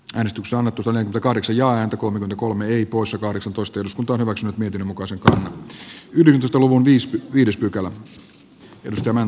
hän istuu sana tulee kahdeksi ja häntä kohden kolme ii hanna mäntylä on johanna jurvan kannattamana ehdottanut että pykälä poistetaan